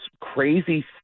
crazy